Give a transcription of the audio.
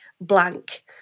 blank